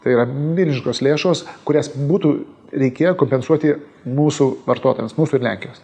tai yra milžiniškos lėšos kurias būtų reikėję kompensuoti mūsų vartotojams mūsų ir lenkijos